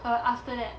err after that